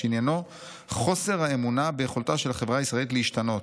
שעניינו חוסר האמונה ביכולתה של החברה הישראלית להשתנות,